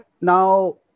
now